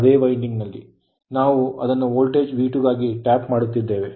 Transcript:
ಅದೇ ವೈಂಡಿಂಗ್ ನಲ್ಲಿ ನಾವು ಅದನ್ನು ವೋಲ್ಟೇಜ್ V2 ಗಾಗಿ ಟ್ಯಾಪ್ ಮಾಡುತ್ತಿದ್ದೇವೆ